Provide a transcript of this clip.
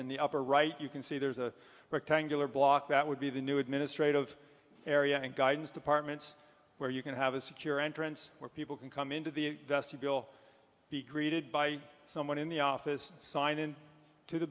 in the upper right you can see there's a rectangular block that would be the new administrative area and guidance departments where you can have a secure entrance where people can come into the vestibule be greeted by someone in the office sign in to the